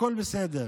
הכול בסדר.